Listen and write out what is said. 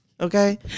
okay